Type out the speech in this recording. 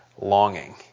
longing